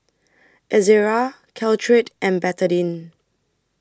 Ezerra Caltrate and Betadine